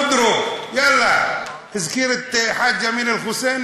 אודרוב, יאללה, הזכיר את חאג' אמין אל-חוסייני?